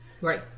Right